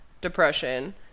depression